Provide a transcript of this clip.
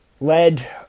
led